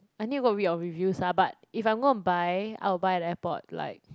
I need to go read your reviews ah but if I'm going to buy I'll buy at the airport like